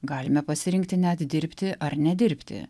galime pasirinkti net dirbti ar nedirbti